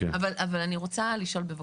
אבל אני רוצה לשאול, בבקשה,